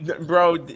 Bro